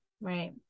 Right